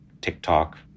TikTok